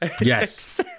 Yes